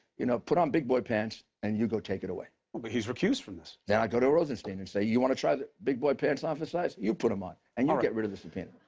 you know, put on big-boy pants, and you go take it away. but he's recused from this. then i'd go to rosenstein and say, you want to try the big-boy pants on for size? you put them on, and you get rid of the subpoena.